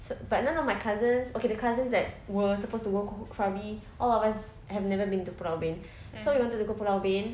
so but none of my cousins okay the cousins that were supposed to go krabi all of us have never been to pulau ubin so we wanted to go to pulau ubin